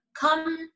come